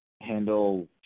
handle